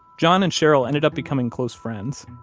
john and cheryl ended up becoming close friends.